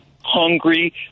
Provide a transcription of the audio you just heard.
hungry